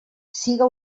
siga